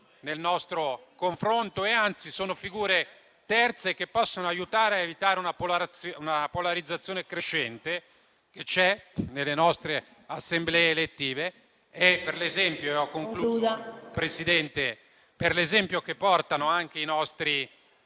nel nostro confronto, anzi, sono figure terze che possono aiutare a evitare una polarizzazione crescente che si avverte nelle nostre Assemblee elettive e per l'esempio che portano anche i nostri